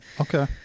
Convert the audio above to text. Okay